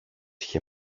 είχε